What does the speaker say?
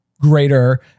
greater